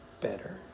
better